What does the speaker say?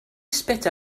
spit